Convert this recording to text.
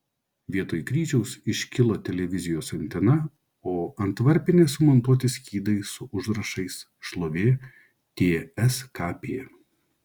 vietoj kryžiaus iškilo televizijos antena o ant varpinės sumontuoti skydai su užrašais šlovė tskp